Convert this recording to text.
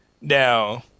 now